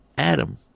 Adam